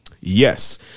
Yes